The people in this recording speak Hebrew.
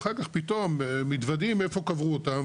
ואחר כך פתאום הם מתוודעים איפה קברו אותם,